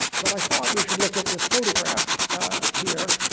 but i thought we should look at this photograph here.